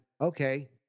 okay